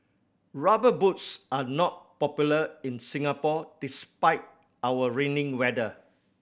Rubber Boots are not popular in Singapore despite our rainy weather